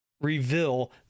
reveal